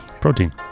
Protein